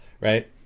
right